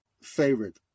favorite